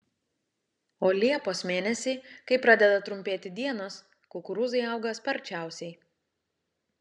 o liepos mėnesį kai pradeda trumpėti dienos kukurūzai auga sparčiausiai